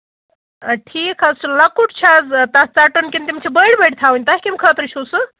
اَدٕ ٹھیٖک حظ چھُ لۄکُٹ چھا حظ تَتھ ژَٹُن کِنہٕ تِم چھِ بٔڈۍ بٔڈۍ تھاوٕنۍ تۄہہِ کَمہِ خٲطرٕ چھُوٕ سُہ